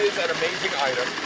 is an amazing item.